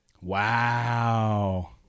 Wow